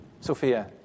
Sophia